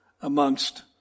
amongst